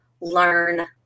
learn